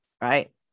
Right